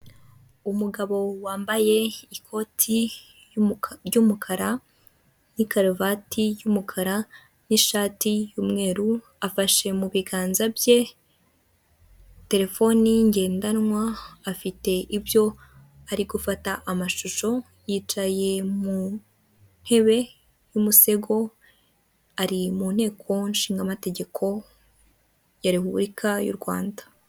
Umugabo wambaye ikoti ry'umukara ni karuvati y'umukara n'ishati y'umweru afashe mu biganza bye telefoni ngendanwa, afite ibyo ari gufata amashusho, yicaye mu ntebe y'umusego ari mu nteko nshingamategeko ya Repubulika y'u Rwanda.